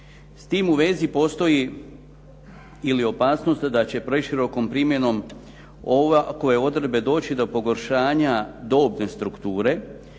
S time u vezi postoji ili opasnost da će preširokom primjenom ovakve odredbe doći do pogoršanja dobne strukture